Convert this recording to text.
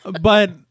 But-